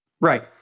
Right